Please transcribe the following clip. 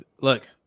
look